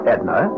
Edna